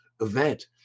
event